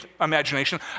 imagination